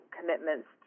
commitments